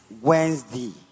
Wednesday